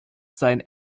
sein